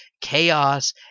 Chaos